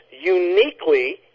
uniquely